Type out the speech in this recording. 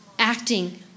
acting